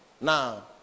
now